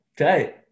okay